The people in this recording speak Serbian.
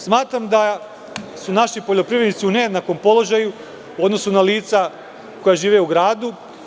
Smatram da su naši poljoprivrednici u nejednakom položaju u odnosu na lica koja žive u gradu.